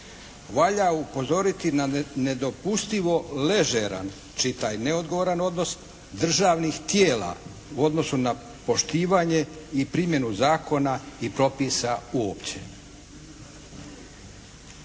valja upozoriti na nedopustivo ležeran, čitaj neodgovoran odnos, državnih tijela u odnosu na poštivanje i primjenu zakona i propisa uopće.